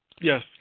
Yes